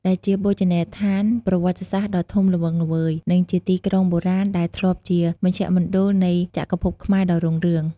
ដែលជាបូជនីយដ្ឋានប្រវត្តិសាស្ត្រដ៏ធំល្វឹងល្វើយ និងជាទីក្រុងបុរាណ ដែលធ្លាប់ជាមជ្ឈមណ្ឌលនៃចក្រភពខ្មែរដ៏រុងរឿង។